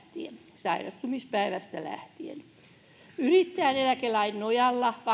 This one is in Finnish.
sairastumispäivästä lähtien yrittäjän eläkelain nojalla vakuutetut